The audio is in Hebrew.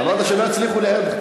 אמרת שלא יצליחו לייהד אותך.